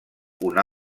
una